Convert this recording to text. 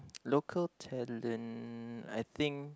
local talent I think